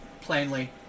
plainly